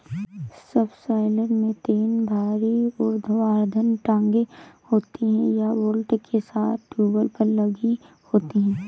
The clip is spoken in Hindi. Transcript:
सबसॉइलर में तीन भारी ऊर्ध्वाधर टांगें होती हैं, यह बोल्ट के साथ टूलबार पर लगी होती हैं